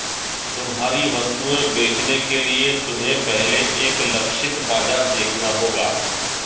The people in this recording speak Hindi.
तुम्हारी वस्तुएं बेचने के लिए तुम्हें पहले एक लक्षित बाजार देखना होगा